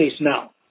now